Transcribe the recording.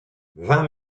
vingt